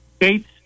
gates